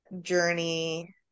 journey